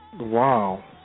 Wow